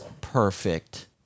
perfect